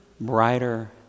brighter